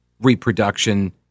reproduction